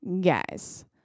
guys